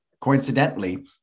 Coincidentally